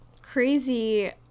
crazy